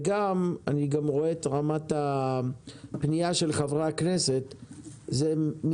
אני גם רואה את רמת הפניה של חברי הכנסת,